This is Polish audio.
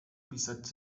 opisać